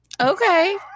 Okay